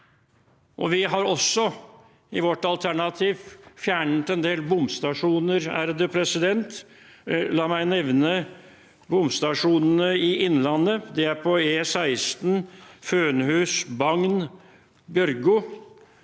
Vi har også i vårt alternativ fjernet en del bomstasjoner. La meg nevne bomstasjonene i Innlandet: Det er E16 Fønhus–Bagn–Bjørgo,